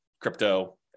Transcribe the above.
crypto